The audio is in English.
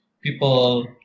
people